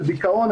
על דיכאון,